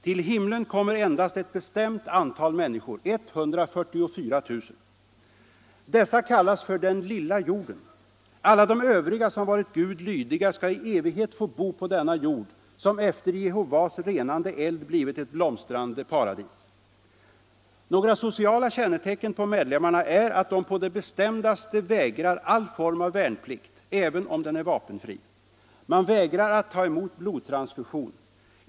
Till himlen kommer endast ett bestämt antal människor — 144 000. Dessa kallas för ”den lilla hjorden”. Alla de övriga som varit Gud lydiga skall i evighet få bo på denna jord, som efter Jehovas renande eld blivit ett blomstrande paradis. Några sociala kännetecken på medlemmarna är att de på det bestämdaste vägrar all form av värnplikt, även om den är vapenfri. Man vägrar att ta emot blodtransfusion.